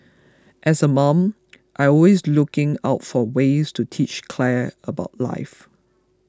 as a mom I always looking out for ways to teach Claire about life